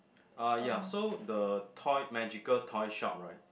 uh ya so the toy magical toy shop right